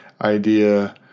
idea